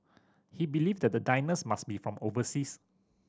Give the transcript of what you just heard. he believed that the diners must be from overseas